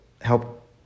help